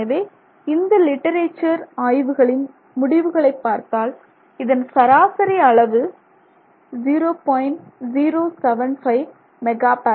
எனவே இந்த லிட்டரேச்சர் ஆய்வுகளின் முடிவுகளைப் பார்த்தால் இதன் சராசரி அளவு 0